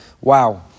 Wow